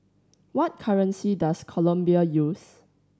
what currency does Colombia use